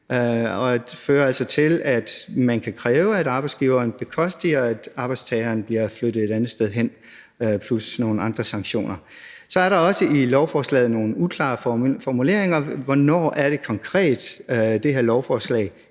og fører altså til, at man kan kræve, at arbejdsgiveren bekoster, at arbejdstageren bliver flyttet et andet sted hen, plus nogle andre sanktioner. Så er der også i lovforslaget nogle uklare formuleringer: Hvornår er det konkret, det her lovforslag